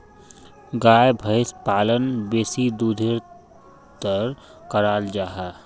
गाय भैंस पालन बेसी दुधेर तंर कराल जाहा